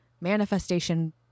manifestation